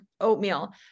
oatmeal